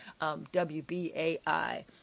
WBAI